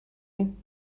you